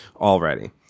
already